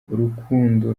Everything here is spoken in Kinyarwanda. urukundo